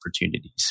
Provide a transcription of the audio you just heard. opportunities